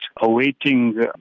awaiting